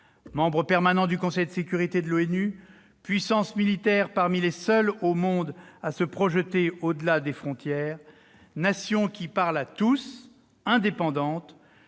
Membre permanent du Conseil de sécurité de l'ONU, puissance militaire parmi les seules au monde à se projeter au-delà de ses frontières, nation qui « parle à tous », indépendante,